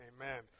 Amen